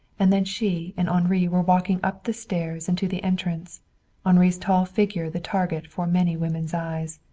and then she and henri were walking up the stairs and to the entrance henri's tall figure the target for many women's eyes.